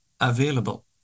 available